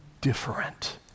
different